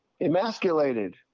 emasculated